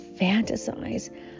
fantasize